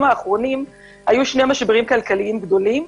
האחרונים היו שני משברים כלכליים גדולים,